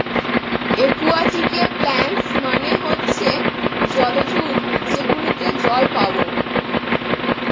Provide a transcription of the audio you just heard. একুয়াটিকে প্লান্টস মানে হচ্ছে জলজ উদ্ভিদ যেগুলোতে জল পাবো